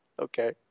Okay